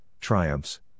triumphs